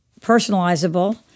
personalizable